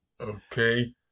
Okay